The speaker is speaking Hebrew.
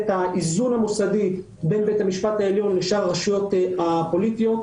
האיזון המוסדי בין בית המשפט העליון ובין שאר הרשויות הפוליטיות,